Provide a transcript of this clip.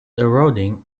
eroding